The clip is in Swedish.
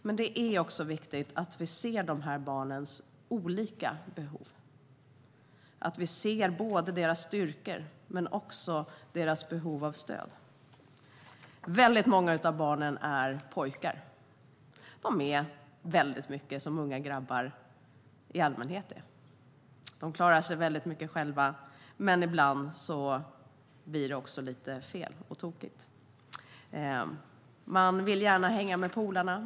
Men det är också viktigt att vi ser de här barnens olika behov, både deras styrkor och deras behov av stöd. Väldigt många av barnen är pojkar. De är väldigt mycket som unga grabbar i allmänhet. De klarar sig väldigt mycket själva, men ibland blir det också lite fel och tokigt. Man vill gärna hänga med polarna.